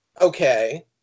Okay